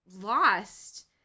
lost